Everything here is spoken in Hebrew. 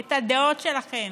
את הדעות שלכם?